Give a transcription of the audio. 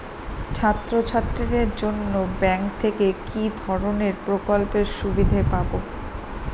ছাত্রছাত্রীদের জন্য ব্যাঙ্ক থেকে কি ধরণের প্রকল্পের সুবিধে পাবো?